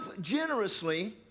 generously